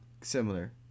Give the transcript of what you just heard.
similar